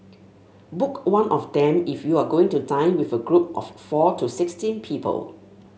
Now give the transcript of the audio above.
book one of them if you are going to dine with a group of four to sixteen people